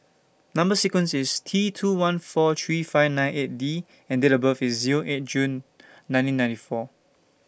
Number sequence IS T two one four three five nine eight D and Date of birth IS Zero eight June nineteen ninety four